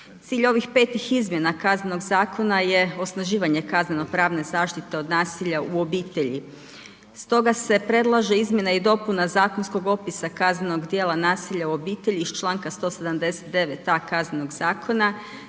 Cilj ovih 5 izmjena Kaznenog zakona je osnaživanje kazneno pravne zaštite od nasilja u obitelji, stoga se predlaže izmjena i dopuna zakonskog opisa kaznenog dijela nasilja u obitelji iz Članka 179a. Kaznenog zakona